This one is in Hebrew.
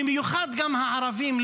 במיוחד גם הערבים,